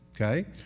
okay